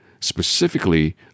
specifically